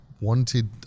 wanted